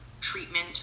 treatment